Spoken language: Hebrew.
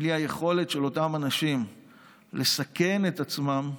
בלי היכולת של אותם אנשים לסכן את עצמם,